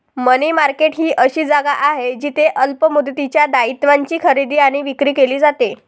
मनी market ही अशी जागा आहे जिथे अल्प मुदतीच्या दायित्वांची खरेदी आणि विक्री केली जाते